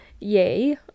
yay